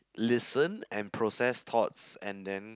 listen and process thoughts and then